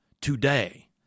today